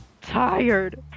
tired